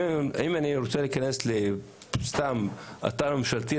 אם אני רוצה להיכנס לאתר ממשלתי,